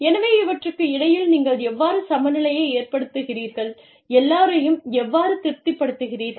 எனவே இவற்றுக்கு இடையில் நீங்கள் எவ்வாறு சமநிலையை ஏற்படுத்துகிறீர்கள் எல்லோரையும் எவ்வாறு திருப்திப்படுத்துகிறீர்கள்